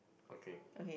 okay